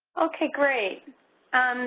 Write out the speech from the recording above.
okay, great.